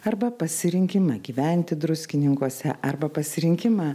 arba pasirinkimą gyventi druskininkuose arba pasirinkimą